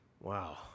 Wow